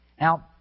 Now